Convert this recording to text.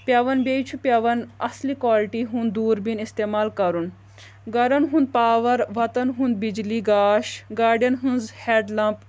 پٮ۪وان بیٚیہِ چھُ پٮ۪وان اصلہِ کالٹی ہُنٛد دوٗربیٖن استعمال کرُن گرن ہُنٛد پاور وتن ہُنٛد بجلی گاش گاڑٮ۪ن ہٕنٛز ہیڈ لمپ